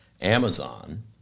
amazon